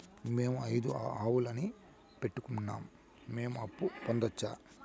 మేము ఐదు ఆవులని పెట్టుకున్నాం, మేము అప్పు పొందొచ్చా